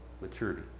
maturity